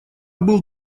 был